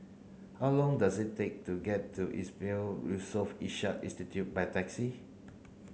how long does it take to get to Yusof Ishak Institute by taxi